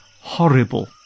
horrible